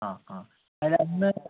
ആ ആ അല്ല അന്ന്